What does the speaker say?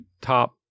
top